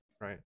Right